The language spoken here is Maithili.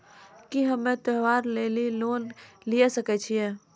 की हम्मय त्योहार लेली लोन लिये सकय छियै?